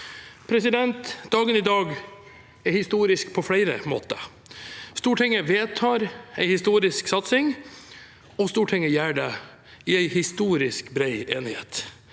behandling. Dagen i dag er historisk på flere måter. Stortinget vedtar en historisk satsing, og Stortinget gjør det i en historisk bred enighet.